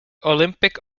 olympic